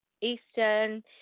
Eastern